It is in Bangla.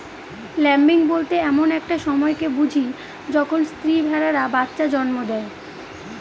ল্যাম্বিং বলতে এমন একটা সময়কে বুঝি যখন স্ত্রী ভেড়ারা বাচ্চা জন্ম দেয়